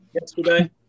yesterday